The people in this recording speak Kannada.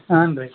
ಹಾಂ ರೀ